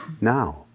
now